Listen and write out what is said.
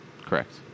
Correct